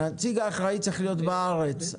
נציג אחראי צריך להיות בארץ.